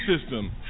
system